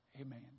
Amen